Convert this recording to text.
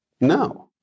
No